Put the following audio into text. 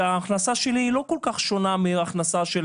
ההכנסה שלי היא לא כל כך שונה מההכנסה של